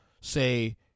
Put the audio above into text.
say